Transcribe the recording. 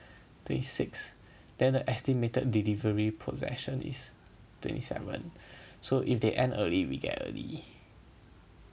twenty six then the estimated delivery possession is twenty seven so if they end early we get early